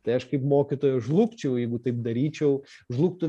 tai aš kaip mokytojas žlugčiau jeigu taip daryčiau žlugtų